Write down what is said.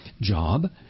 job